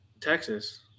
Texas